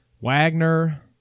Wagner